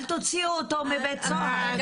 אל תשחררו אותו מבית הסוהר.